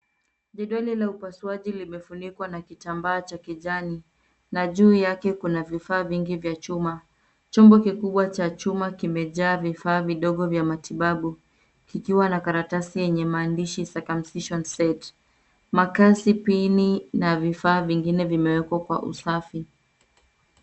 Jedwali la upasuaji limefunikwa na kitambaa cha kijani na juu yake kuna vifaa vingi vya chuma. Chombo kikubwa cha chuma kimejaa vifaa vidogo vya matibabu kikiwa na karatasi yenye maandishi Circumcision set . Makasi, pini na vifaa vingine vimewekwa kwa usafi.